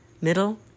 middle